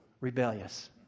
rebellious